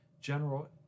General